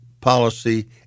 policy